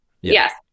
Yes